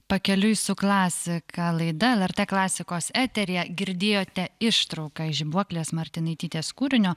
pakeliui su klasika laida lrt klasikos eteryje girdėjote ištrauką iš žibuoklės martinaitytės kūrinio